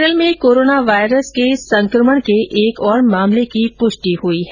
केरल में corona virus के संक्रमण के एक और मामले की पुष्टि हुई है